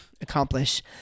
accomplish